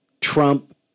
trump